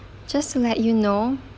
just let you know